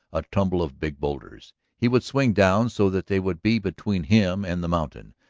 a tumble of big boulders. he would swing down so that they would be between him and the mountain,